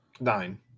nine